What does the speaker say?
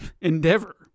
endeavor